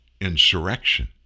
insurrection